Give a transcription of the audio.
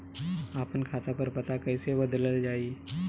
आपन खाता पर पता कईसे बदलल जाई?